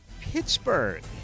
Pittsburgh